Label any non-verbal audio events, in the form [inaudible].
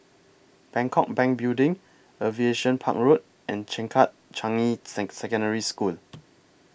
Bangkok Bank Building Aviation Park Road and Changkat Changi [unintelligible] Secondary School